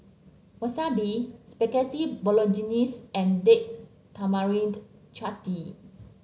Wasabi Spaghetti Bolognese and Date Tamarind Chutney